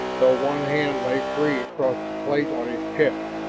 though one hand lay free across the plate on his chest.